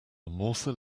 morsel